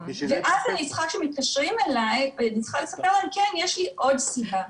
ואז אני צריכה כשמתקשרים אליי אני צריכה לספר שיש לי עוד סיבה.